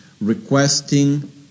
requesting